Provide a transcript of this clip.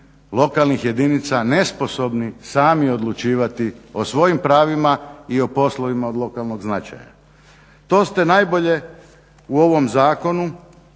lokalnih jedinica nesposobni sami odlučivati o svojim pravima i o poslovima od lokalnog značaja. To ste najbolje u ovom zakonu